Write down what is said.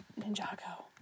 Ninjago